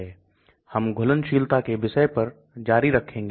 आज हम दवा की घुलनशीलता के बारे में बात करेंगे